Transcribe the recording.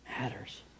matters